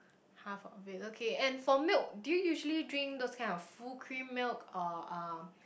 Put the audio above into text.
half of it okay and for milk do you usually drink those kind of full cream milk or uh